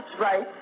right